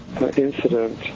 incident